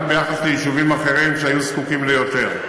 גם ביחס ליישובים אחרים שהיו זקוקים ליותר.